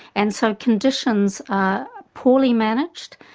and so conditions are poorly managed,